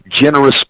generous